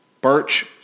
Birch